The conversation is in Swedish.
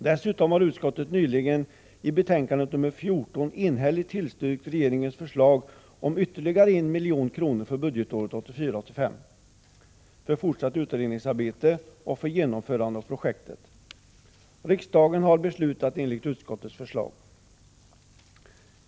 Dessutom har utskottet nyligen i betänkande nr 14 enhälligt tillstyrkt regeringens förslag om ytterligare 1 milj.kr. för budgetåret 1984/85 för fortsatt utredningsarbete och för genomförande av projektet. Riksdagen har beslutat enligt utskottets förslag.